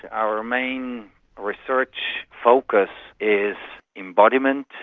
our main research focus is embodiment.